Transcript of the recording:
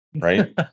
right